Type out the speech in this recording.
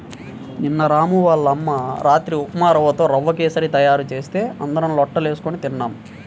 నిన్న రాము వాళ్ళ అమ్మ రాత్రి ఉప్మారవ్వతో రవ్వ కేశరి తయారు చేస్తే అందరం లొట్టలేస్కొని తిన్నాం